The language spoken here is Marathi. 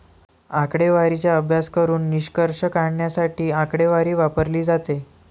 आकडेवारीचा अभ्यास करून निष्कर्ष काढण्यासाठी आकडेवारी वापरली जाते